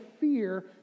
fear